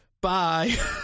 Bye